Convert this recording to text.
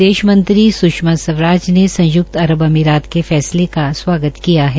विदेश मंत्री स्षमा स्वाराज ने संय्क्त अरब अमीरात के फैसले का स्वागत किया है